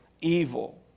evil